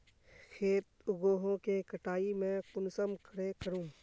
खेत उगोहो के कटाई में कुंसम करे करूम?